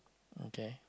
okay